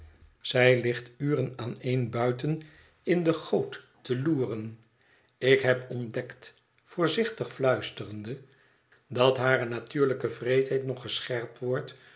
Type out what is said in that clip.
zij ligt uren aaneen buiten in de goot te loeren ik heb ontdekt voorzichtig fluisterende dat hare natuurlijke wreedheid nog gescherpt wordt